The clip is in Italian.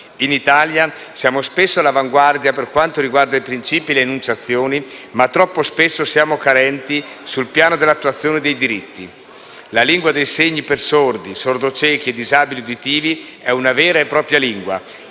In Italia siamo spesso all'avanguardia per quanto riguarda i principi e le enunciazioni, ma troppo spesso siamo carenti sul piano dell'attuazione dei diritti. La lingua dei segni per sordi, sordociechi e disabili uditivi è una vera e propria lingua,